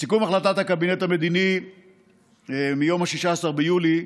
בסיכום החלטת הקבינט המדיני מיום 16 ביולי